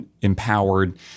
empowered